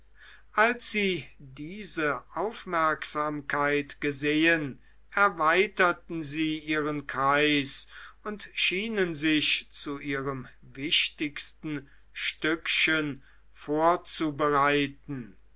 als sie diese aufmerksamkeit gesehen erweiterten sie ihren kreis und schienen sich zu ihrem wichtigsten stückchen vorzubereiten